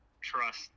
trust